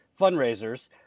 fundraisers